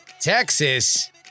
Texas